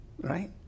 right